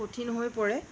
কঠিন হৈ পৰে